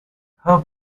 how